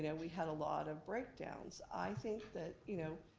yeah we had a lot of breakdowns. i think that, you know,